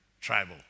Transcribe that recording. tribal